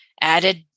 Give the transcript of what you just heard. added